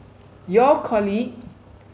your colleague